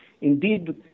Indeed